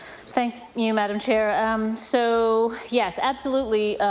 thank you, madam chair. um so, yes, absolutely,